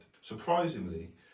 Surprisingly